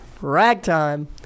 Ragtime